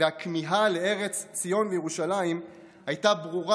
הכמיהה לארץ ציון וירושלים הייתה ברורה